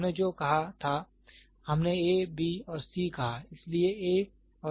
तो हमने जो कहा था हमने A B और C कहा